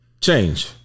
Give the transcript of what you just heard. Change